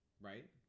right